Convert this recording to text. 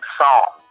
song